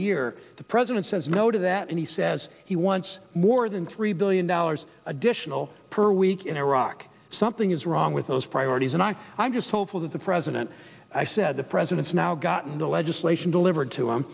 year the president says no to that and he says he wants more than three billion dollars additional per week in iraq something is wrong with those priorities and i'm just hopeful that the president i said the president's now gotten the legislation delivered to